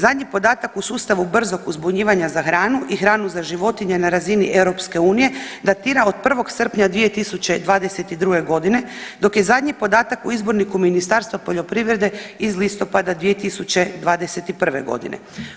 Zadnji podatak u sustavu brzog uzbunjivanja za hranu i hranu za životinje na razini EU datira od 1. srpnja 2022.g. dok je zadnji podatak u izborniku Ministarstva poljoprivrede iz listopada 2021.g.